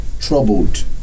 troubled